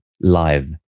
live